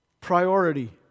priority